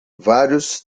vários